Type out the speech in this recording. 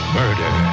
murder